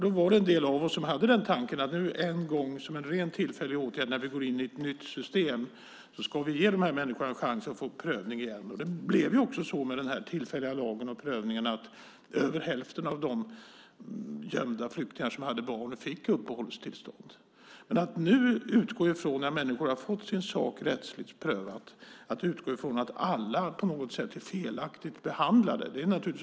Några av oss tänkte då att vi en gång, som en rent tillfällig åtgärd när vi går in i ett nytt system, skulle ge dessa människor en chans att få prövning. Med den tillfälliga lagen och prövningen blev det så att över hälften av de gömda flyktingar som hade barn fick uppehållstillstånd. Att nu, när människor har fått sin sak rättsligt prövad, utgå från att alla på något sätt är felaktigt behandlade kan inte vara rimligt.